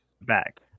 Back